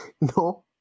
No